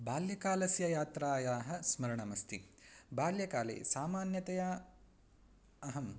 बाल्यकालस्य यात्रायाः स्मरणमस्ति बाल्यकाले सामान्यतया अहं